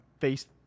face